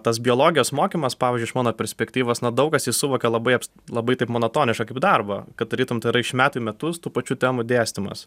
tas biologijos mokymas pavyzdžiui iš mano perspektyvos na daug kas jį suvokia labai labai taip monotoniška kaip darbą kad tarytum tai yra iš metų į metus tų pačių temų dėstymas